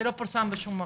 זה לא פורסם בשום מקום.